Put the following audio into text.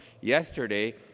Yesterday